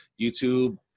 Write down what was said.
YouTube